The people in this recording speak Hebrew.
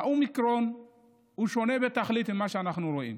האומיקרון שונה בתכלית ממה שאנחנו רואים.